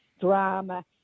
drama